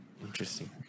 Interesting